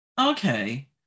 Okay